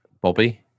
Bobby